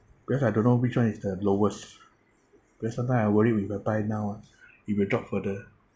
because I don't know which [one] is the lowest because sometimes I worry if I buy now ah it will drop further